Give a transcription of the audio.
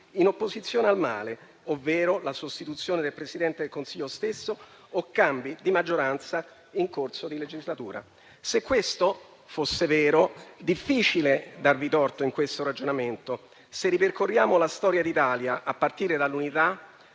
in opposizione al male, ovvero la sostituzione del Presidente del Consiglio stesso, o cambi di maggioranza in corso di legislatura. Se questo fosse vero, è difficile darvi torto in questo ragionamento. Se ripercorriamo la storia d'Italia a partire dall'Unità,